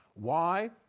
why?